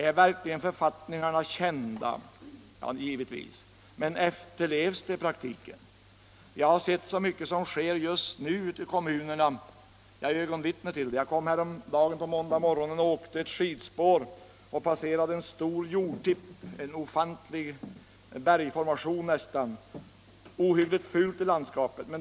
Är verkligen författningarna kända? Ja, givetvis. Men efterlevs de i praktiken? Jag har sett så mycket som sker just nu ute i kommunerna; jag är ögonvittne till det. Häromdagen — på måndagsmorgonen — åkte jag ett skidspår och passerade en stor jordtipp, som nästan påminde om en ofantlig bergformation. Det var ohyggligt fult i landskapet.